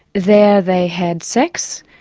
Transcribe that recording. there they had sex,